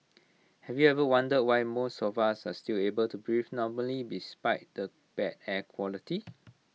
have you ever wondered why most of us are still able to breathe normally despite the bad air quality